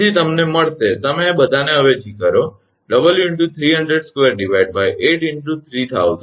તેથી તમને મળશે તમે બધાને અવેજી કરો 𝑊 × 3002 8 × 3000 2